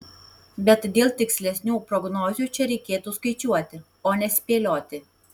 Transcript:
bet dėl tikslesnių prognozių čia reikėtų skaičiuoti o ne spėlioti